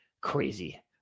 Crazy